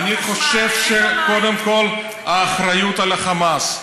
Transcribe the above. אני חושב שקודם כול האחריות על החמאס,